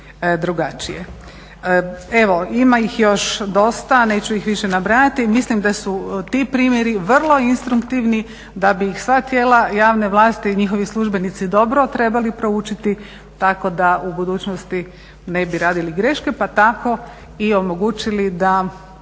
Evo ima ih još dosta, neću ih više nabrajati. Mislim da su ti primjeri vrlo instruktivni, da bi ih sva tijela javne vlasti, njihovi službenici dobro trebali proučiti tako da u budućnosti ne bi radili greške pa tako i omogućili da